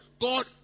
God